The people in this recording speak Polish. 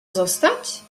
zostać